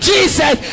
Jesus